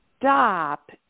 stop